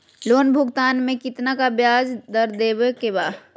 Loan भुगतान में कितना का ब्याज दर देवें के बा?